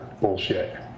bullshit